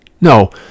No